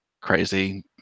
crazy